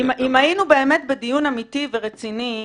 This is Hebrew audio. אם היינו באמת בדיון אמיתי ורציני,